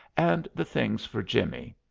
and the things for jimmie.